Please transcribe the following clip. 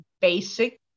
basic